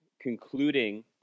concluding